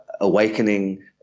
awakening